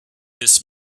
this